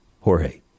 jorge